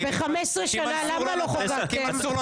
ולמה לא חוקקתם אותם במשך 15 שנים?